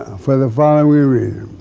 for the following